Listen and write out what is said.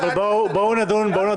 אל תלך לזה.